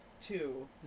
two